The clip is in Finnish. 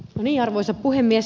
arvoisa puhemies